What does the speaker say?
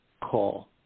call